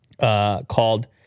Called